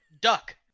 Duck